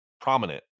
prominent